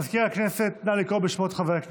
מזכיר הכנסת, נא לקרוא בשמות חברי הכנסת.